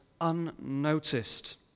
unnoticed